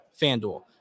FanDuel